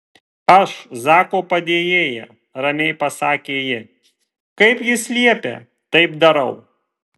aš zako padėjėja ramiai pasakė ji kaip jis liepia taip darau